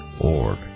org